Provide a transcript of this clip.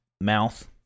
mouth